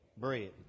bread